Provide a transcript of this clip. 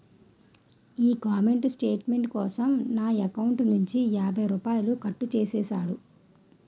ఈ comment statement కోసం నా ఎకౌంటు నుంచి యాభై రూపాయలు కట్టు చేసేసాడు